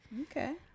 okay